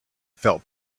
felt